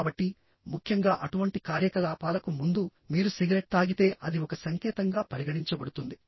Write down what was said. కాబట్టి ముఖ్యంగా అటువంటి కార్యకలాపాలకు ముందు మీరు సిగరెట్ తాగితే అది ఒక సంకేతంగా పరిగణించబడుతుంది